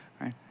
right